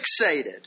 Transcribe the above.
fixated